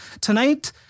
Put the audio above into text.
Tonight